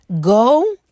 Go